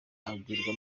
abwirwa